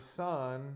son